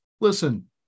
listen